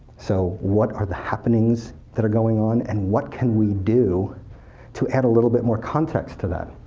so what are the happenings that are going on, and what can we do to add a little bit more context to that?